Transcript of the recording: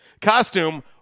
costume